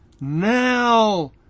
Now